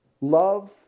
love